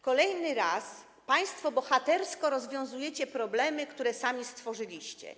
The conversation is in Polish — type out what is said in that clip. Kolejny raz państwo bohatersko rozwiązujecie problemy, które sami stworzyliście.